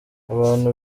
abantu